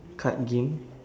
card game